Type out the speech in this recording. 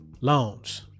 loans